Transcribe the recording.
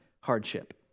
hardship